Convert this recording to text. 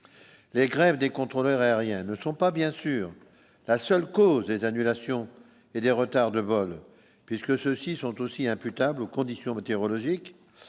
la grève des contrôleurs aériens ne sont pas bien sûr la seule cause des annulations et des retards de vols puisque ceux-ci sont aussi imputables aux conditions météorologiques,